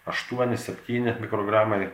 aštuoni septyni mikrogramai